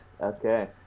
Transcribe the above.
okay